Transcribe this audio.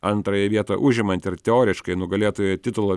antrąją vietą užimantį ir teoriškai nugalėtojo titulą